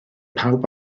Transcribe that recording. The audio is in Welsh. pawb